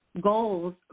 goals